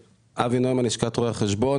אבי נוימן, לשכת רואי החשבון.